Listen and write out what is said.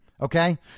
okay